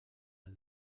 del